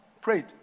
prayed